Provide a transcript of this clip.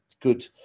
good